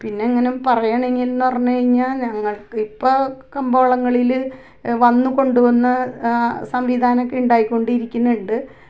പിന്നെ ഇങ്ങനെ പറയുകയാണെങ്കിൽ പറഞ്ഞ് കഴിഞ്ഞാൽ ഞങ്ങൾക്ക് ഇപ്പോൾ കമ്പോളങ്ങളില് വന്ന് കൊണ്ട് വന്ന സംവിധാനമൊക്കെ ഉണ്ടായികൊണ്ടിരിക്കുന്നുണ്ട്